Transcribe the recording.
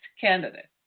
candidate